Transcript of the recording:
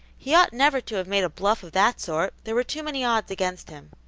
he ought never to have made a bluff of that sort there were too many odds against him.